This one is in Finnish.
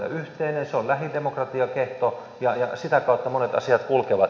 se on lähidemokratian kehto ja sitä kautta monet asiat kulkevat